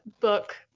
book